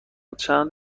چند